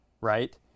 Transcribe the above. right